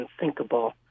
unthinkable